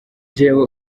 jyewe